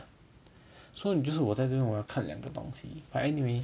so 你就是我在这里我要看两个东西 but anyway